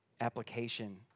application